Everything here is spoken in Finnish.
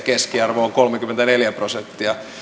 keskiarvo on kolmekymmentäneljä prosenttia